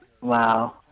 wow